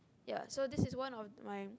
ya so this is one of my